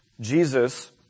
Jesus